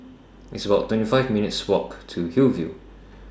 It's about twenty five minutes' Walk to Hillview